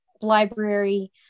library